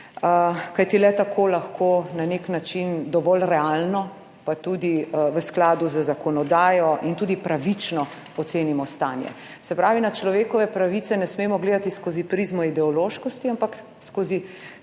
kajti le tako lahko na nek način dovolj realno pa tudi v skladu z zakonodajo in tudi pravično ocenimo stanje. Se pravi, na človekove pravice ne smemo gledati skozi prizmo ideološkosti, ampak skozi prizmo